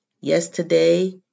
yesterday